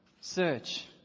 search